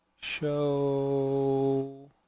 show